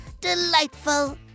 Delightful